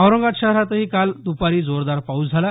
औरंगाबाद शहरातही काल दुपारी जोरदार पाऊस झाला